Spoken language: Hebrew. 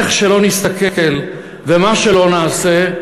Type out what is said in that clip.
איך שלא נסתכל ומה שלא נעשה,